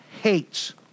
hates